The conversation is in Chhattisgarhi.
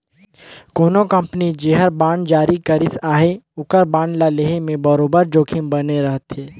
कोनो कंपनी जेहर बांड जारी करिस अहे ओकर बांड ल लेहे में बरोबेर जोखिम बने रहथे